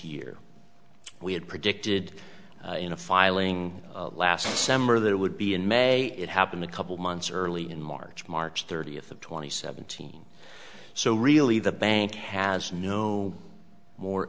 year we had predicted in a filing last december that it would be in may it happen a couple months early in march march thirtieth of twenty seventeen so really the bank has no more